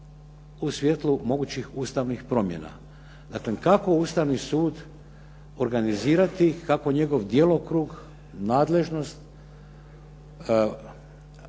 u svjetlu mogućih ustavnih promjena. Dakle kako Ustavni sud organizirati, kako njegov djelokrug, nadležnost